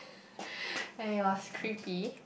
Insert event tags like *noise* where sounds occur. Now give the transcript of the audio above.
*breath* and it was creepy